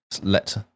let